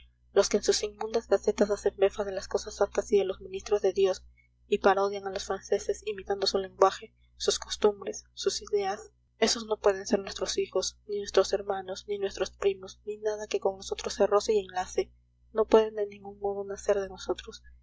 los que en sus inmundas gacetas hacen befa de las cosas santas y de los ministros de dios y parodian a los franceses imitando su lenguaje sus costumbres sus ideas esos no pueden ser nuestros hijos ni nuestros hermanos ni nuestros primos ni nada que con nosotros se roce y enlace no pueden de ningún modo nacer de nosotros